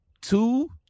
two